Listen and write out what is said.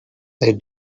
they